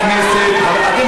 הרמה, חברי הכנסת.